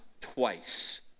twice